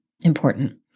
important